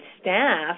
staff